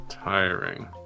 Tiring